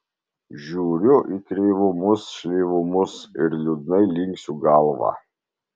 žiūriu į kreivumus šleivumus ir liūdnai linksiu galvą